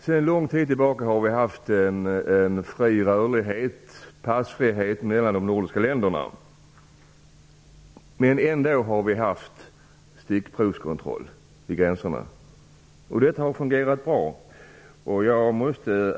Sedan lång tid tillbaka har det varit en fri rörlighet, passfrihet, mellan de nordiska länderna. Trots det har vi haft stickprovskontroller vid gränserna. Det har fungerat bra.